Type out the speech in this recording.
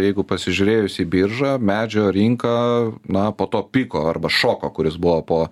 jeigu pasižiūrėjus į biržą medžio rinka na po to piko arba šoko kuris buvo po